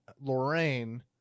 lorraine